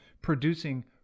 producing